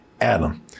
Adam